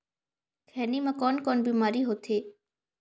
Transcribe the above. खैनी म कौन कौन बीमारी होथे?